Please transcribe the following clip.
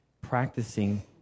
practicing